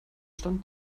stand